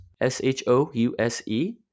S-H-O-U-S-E